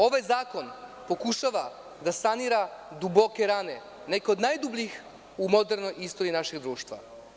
Ovaj zakon pokušava da sanira duboke rane, neke od najdubljih u modernoj istoriji našeg društva.